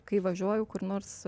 kai važiuoju kur nors